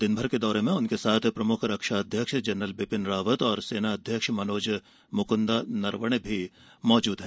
दिनभर के दौरे में उनके साथ प्रमुख रक्षा अध्यक्ष जनरल बिपिन रावत और सेना अध्यक्ष मनोज मुकुन्दा नरवणे मी मौजूद रहे